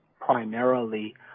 primarily